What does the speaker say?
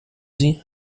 sie